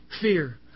Fear